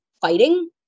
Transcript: fighting